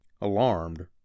Alarmed